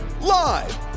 Live